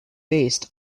based